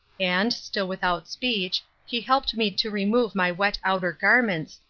and, still without speech, he helped me to remove my wet outer garments,